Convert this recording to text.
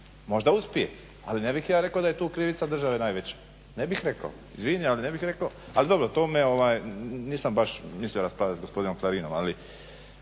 možda uspije al' ne bih ja rekao da je tu krivica države najveća, ne bih rekao, izvini, ne bih rekao. Al' dobro o tome baš nisam mislio raspravljat s gospodinom Klarinom, ali